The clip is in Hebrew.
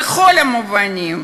בכל המובנים,